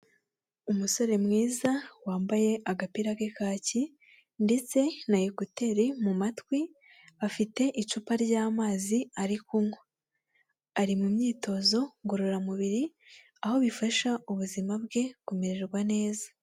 Umusore mwiza wambaye agapira k'ikaki ndetse na ekuteri mu matwi, afite icupa ry'amazi, ari kunywa, ari mu myitozo ngororamubiri, aho bifasha ubuzima bwe kumererwa neza.